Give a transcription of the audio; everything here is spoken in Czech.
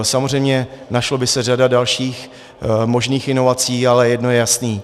Samozřejmě našla by se řada dalších možných inovací, ale jedno je jasné.